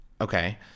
Okay